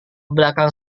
belakang